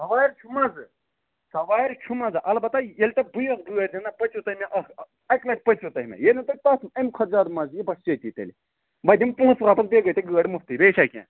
سوارِ چھُ مزٕ سوارِ چھُ مزٕ اَلبتہٕ ییٚلہِ تۄہہِ بہٕ یژھٕ گٲڑۍ دمہٕ نا پٔژو تُہۍ مےٚ اکہِ لَٹہِ پٔژِو تُہۍ مےٚ ییٚلہِ نہٕ تۄہہِ پٔژِو اَمہِ کھۄتہٕ مَزٕ یی بہٕ چھُس ییٚتی تیٚلہِ بہٕ دِمہٕ پونٛسہٕ واپَس بیٚیہِ گٔیی ژےٚ گٲڑۍ مُفتٕے بیٚیہِ چھا کیٚنٛہہ